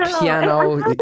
piano